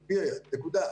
נקודה.